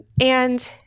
And-